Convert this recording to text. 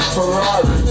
Ferrari